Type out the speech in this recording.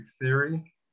theory